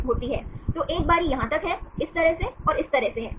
तो एक बारी यहां तक है इस तरह से और इस तरह से है